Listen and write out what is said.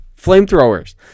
flamethrowers